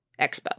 Expo